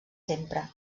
sempre